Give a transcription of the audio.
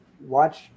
watch